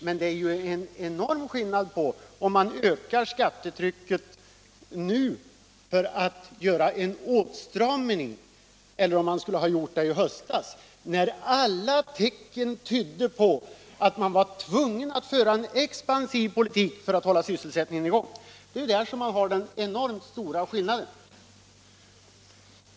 Men det är ju en enorm skillnad, om man ökar skattetrycket nu för att göra en åtstramning, eller om man skulle ha gjort det i höstas, när alla tecken tydde på att man var tvungen att föra en expansiv politik för att hålla sysselsättningen i gång. Där är den enormt stora skillnaden.